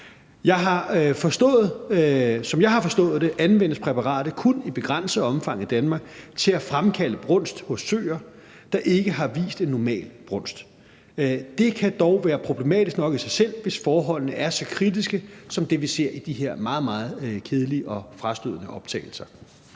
Som jeg har forstået det, anvendes præparatet kun i begrænset omfang i Danmark til at fremkalde brunst hos søer, der ikke har vist en normal brunst. Det kan dog være problematisk nok i sig selv, hvis forholdene er så kritiske som det, vi ser i de her meget, meget kedelige og frastødende optagelser.